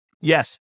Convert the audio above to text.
Yes